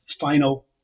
final